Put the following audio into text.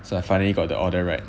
so I finally got the order right